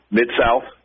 Mid-South